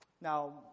Now